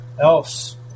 else